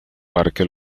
parque